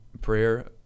prayer